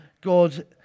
God